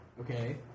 Okay